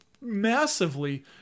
massively